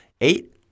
Eight